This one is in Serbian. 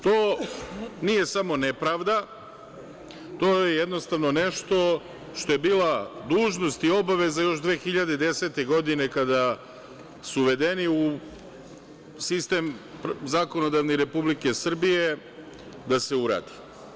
To nije samo nepravda, to je jednostavno nešto što je bila dužnost i obaveza još 2010. godine, kada su uvedeni u zakonodavni sistem Republike Srbije, da se uradi.